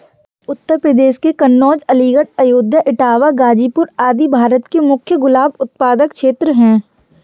उत्तर प्रदेश के कन्नोज, अलीगढ़, अयोध्या, इटावा, गाजीपुर आदि भारत के मुख्य गुलाब उत्पादक क्षेत्र हैं